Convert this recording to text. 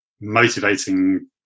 motivating